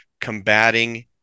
combating